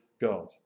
God